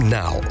now